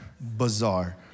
Bizarre